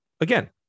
again